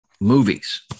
movies